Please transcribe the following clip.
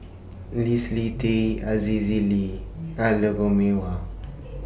Leslie Tay Aziza Ali and Lou Mee Wah